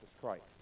christ